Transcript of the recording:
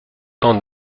temps